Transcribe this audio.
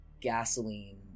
gasoline